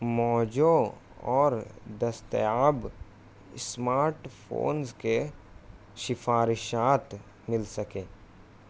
موزوں اور دستیاب اسمارٹ فونز کے سفارشات مل سکیں